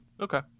Okay